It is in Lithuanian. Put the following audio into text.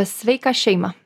sveiką šeimą